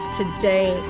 today